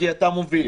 כי אתה מוביל,